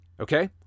okay